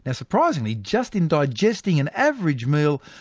and surprisingly, just in digesting an average meal,